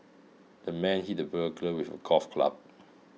the man hit the burglar with golf club